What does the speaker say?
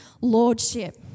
lordship